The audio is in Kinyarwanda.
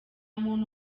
muntu